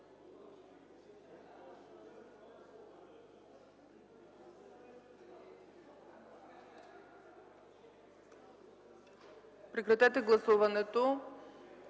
Прекратете гласуването.